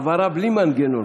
העברה בלי מנגנון,